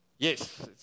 Yes